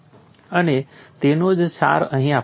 અને તેનો જ સાર અહીં આપવામાં આવ્યો છે